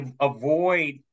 avoid